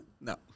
No